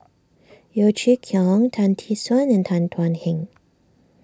Yeo Chee Kiong Tan Tee Suan and Tan Thuan Heng